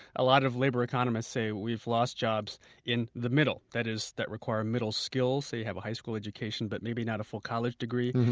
a lot of labor economists say we've lost jobs in the middle, that is, that require middle skills, say they have a high school education but maybe not a full college degree,